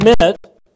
submit